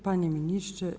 Panie Ministrze!